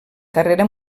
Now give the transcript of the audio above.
carrera